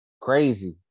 crazy